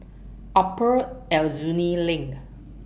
Upper Aljunied LINK